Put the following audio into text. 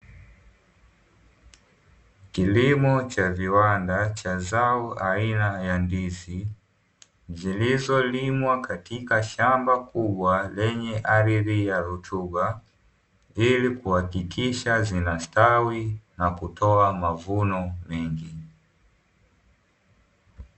Kilimo cha viwanda cha zao aina ya ndizi, zilizolimwa katika shamba kubwa lenye ardhi ya rutuba, ili kuhakikisha zinastawi na kutoa mavuno mengi.